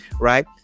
right